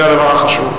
זה הדבר החשוב.